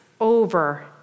over